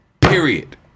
period